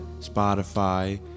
Spotify